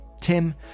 Tim